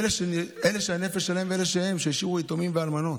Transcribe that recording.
אלה שהנפש שלהם ואלה שהשאירו יתומים ואלמנות.